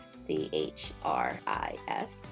C-H-R-I-S